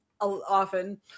often